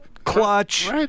Clutch